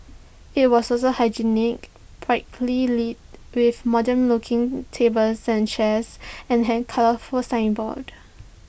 IT was also hygienic brightly lit with modern looking tables and chairs and hand signboards